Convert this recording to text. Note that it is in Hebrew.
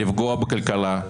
לפגוע בכלכלה,